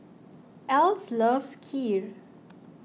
Else loves Kheer